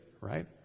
right